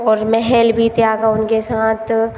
और महल भी त्यागा उनके साथ